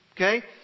Okay